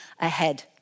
ahead